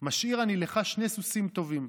משאיר אני לך שני סוסים טובים,